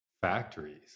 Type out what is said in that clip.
factories